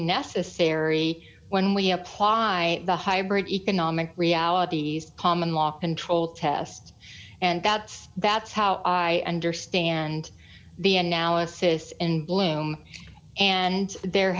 necessary when we apply the hybrid economic realities common law control test and god that's how i understand the analysis in bloom and there